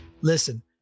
Listen